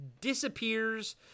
disappears